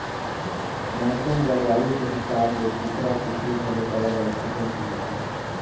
मउसम, जलवायु के हिसाब ले कुकरा, कुकरी घलोक अलग अलग किसम के होथे